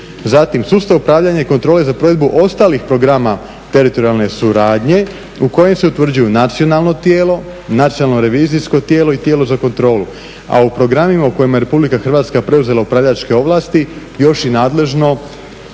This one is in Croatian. Zatim sustav upravljanja i kontrole za provedbu ostalih programa teritorijalne suradnje u kojem se utvrđuju nacionalno tijelo, nacionalno revizijsko tijelo i tijelo za kontrolu. A u programima u kojima je Republika Hrvatska preuzela upravljačke ovlasti još i nadležno